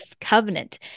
covenant